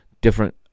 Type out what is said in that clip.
different